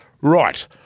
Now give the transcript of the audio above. Right